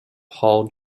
hauled